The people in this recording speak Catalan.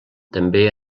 també